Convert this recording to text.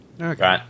okay